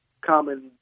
common